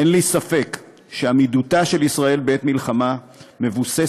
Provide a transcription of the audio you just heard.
אין לי ספק שעמידותה של ישראל בעת מלחמה מבוססת,